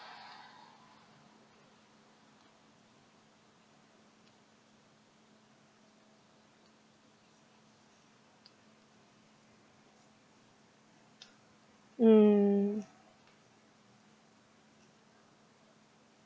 mm